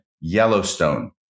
Yellowstone